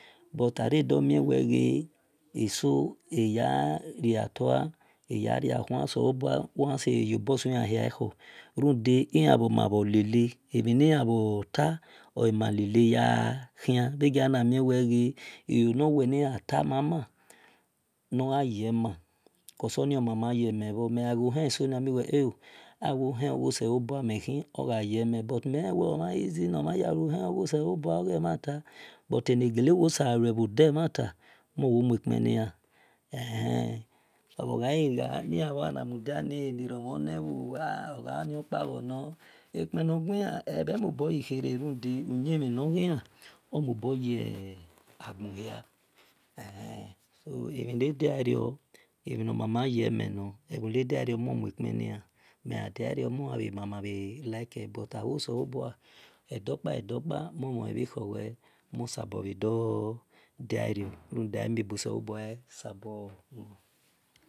But awe domie wel gha eso eyan ria toila eyaria khua selobua wo yan seye riobor sui lan khor runde iyan ma bhor lele emhi ni bhor ta o e ma yaa khian bhegia na mama na nor gha yema cas uni omama yemi bhor wel wel e o awel ohen nor gho selobua mel khi na ogha ye mel but mel mhan len wel ghe omhan easy na ya wuo hen selobua oghe mhenta but enegele wo sabor wo lue bho de mhanta mon wo sabor wor lue bho de mhanta mon wo mue kpen nia nana wo mudiani anerumhon nebho ekpen nor gui an emhe mobo ikhere uyimhi nor ghian omo bo ye agbohia emhi no diano emhi nor mama yeme nor ebhoi ne diano non muekpen niyan megha diario mogha mama wo yan sabo bhe dor dia rio runda amie bo selobua sabo lu